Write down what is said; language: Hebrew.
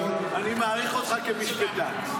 כי אני מעריך אותך כמשפטן.